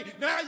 now